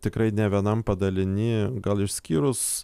tikrai ne vienam padaliny gal išskyrus